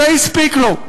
זה הספיק לו.